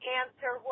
answer